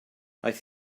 aeth